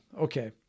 Okay